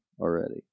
already